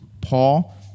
Paul